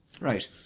Right